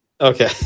okay